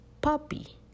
puppy